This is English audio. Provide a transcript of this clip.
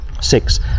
Six